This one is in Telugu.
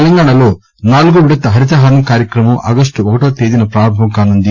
తెలంగాణలో నాలుగో విడత హరిత హారం కార్యక్రమం ఆగస్టు ఒకటో తేదీన ప్రారంభం కానుంది